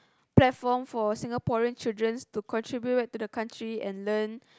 platform for Singaporean children to contribute to the country and learn